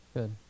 Good